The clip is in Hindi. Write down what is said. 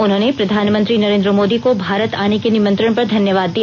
उन्होंने प्रधानमंत्री नरेंद्र मोदी को भारत आने के निमंत्रण पर धन्यवाद दिया